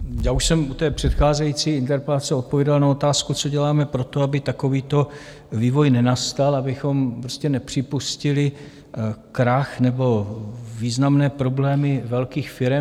Já už jsem u té předcházející interpelace odpověděl na otázku, co děláme pro to, aby takovýto vývoj nenastal, abychom prostě nepřipustili krach nebo významné problémy velkých firem.